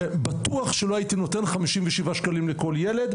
ובטוח שלא הייתי נותן חמישים ושבעה שקלים לכל ילד.